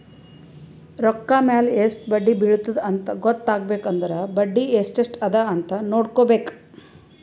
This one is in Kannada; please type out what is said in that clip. ರೊಕ್ಕಾ ಮ್ಯಾಲ ಎಸ್ಟ್ ಬಡ್ಡಿ ಬಿಳತ್ತುದ ಅಂತ್ ಗೊತ್ತ ಆಗ್ಬೇಕು ಅಂದುರ್ ಬಡ್ಡಿ ಎಸ್ಟ್ ಎಸ್ಟ್ ಅದ ಅಂತ್ ನೊಡ್ಕೋಬೇಕ್